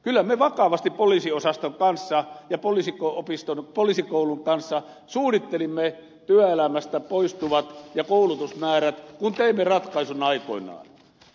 kyllä me vakavasti poliisiosaston kanssa ja poliisikoulun kanssa suunnittelimme työelämästä poistuvat ja koulutusmäärät kun teimme ratkaisun aikoinaan